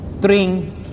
drink